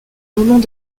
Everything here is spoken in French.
moments